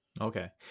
Okay